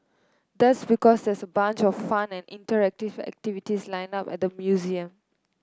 that's because there's a bunch of fun and interactive activities lined up at the museum